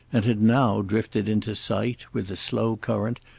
and had now drifted into sight, with the slow current,